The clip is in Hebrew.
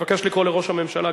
נבקש לקרוא לראש הממשלה,